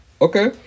Okay